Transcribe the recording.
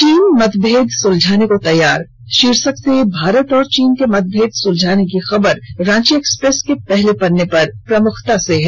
चीन मतभेद सुलझाने को तैयार शीर्षक से भारत और चीन के मतभेद सुलझाने की पहल की खबर को रांची एक्सप्रेस ने पहले पन्ने पर प्रमुखता से प्रकाशित किया है